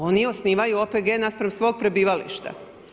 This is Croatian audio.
Oni osnivaju OPG naspram svog prebivališta.